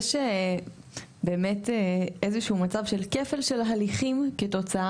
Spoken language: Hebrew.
יש באמת איזה שהוא מצב של כפל של הליכים כתוצאה